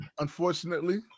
unfortunately